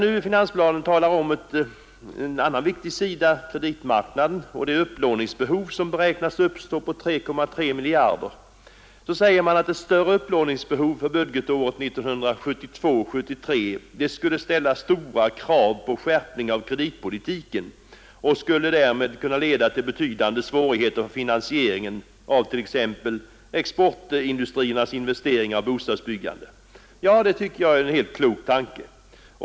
När finansplanen talar om en annan viktig sida, nämligen kreditmarknaden och det upplåningsbehov som beräknas uppstå på 3,3 miljarder, säger man att ett större upplåningsbehov för budgetåret 1972/73 skulle ställa stora krav på skärpning av kreditpolitiken och därmed skulle kunna leda till betydande svårigheter för finansieringen av t.ex. exportindustrins investeringar och bostadsbyggandet. Ja, det tycker jag är en klok tanke.